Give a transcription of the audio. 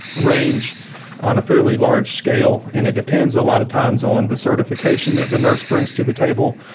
range on a fairly large scale, and it depends a lot of times on the certification that the nurse brings to the table.